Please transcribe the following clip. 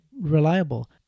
reliable